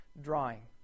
drawing